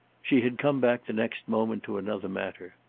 she had come back the next moment to another matter.